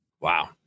wow